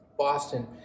Boston